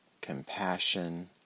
compassion